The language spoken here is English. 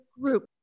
group